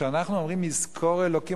כשאנחנו אומרים "יזכור אלוקים",